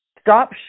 Stop